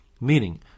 Meaning